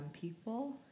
people